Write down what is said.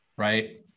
Right